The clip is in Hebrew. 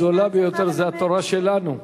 הגדולה ביותר זו התורה שלנו.